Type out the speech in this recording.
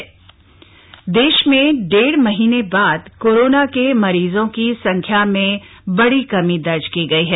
Covid update देश में डेढ़ महीने के बाद कोरोना के मरीजों की संख्या में बड़ी कमी दर्ज की गई है